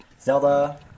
Zelda